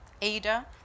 Ada